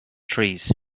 trees